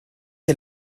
est